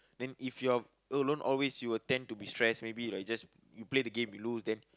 then if you're alone always you will tend to be stress maybe like you just you play the game you lose then